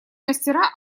мастера